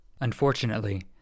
Unfortunately